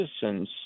citizens